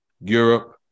Europe